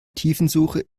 tiefensuche